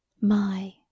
My